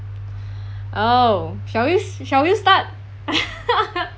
oh shall we shall we start